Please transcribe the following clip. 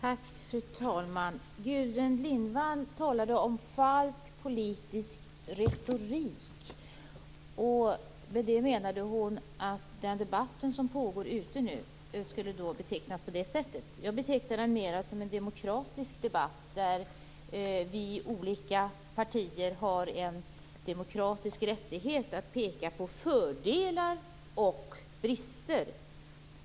Fru talman! Gudrun Lindvall talade om falsk politisk retorik. Med det menade hon att den debatt som nu pågår ute skulle betecknas på det sättet. Jag betecknar den mer som en demokratisk debatt, där vi i de olika partierna har en demokratisk rättighet att peka på fördelar och brister.